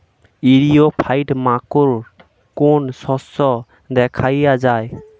ইরিও ফাইট মাকোর কোন শস্য দেখাইয়া যায়?